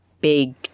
big